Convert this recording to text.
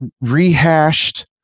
rehashed